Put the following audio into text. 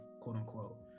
quote-unquote